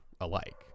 alike